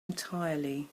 entirely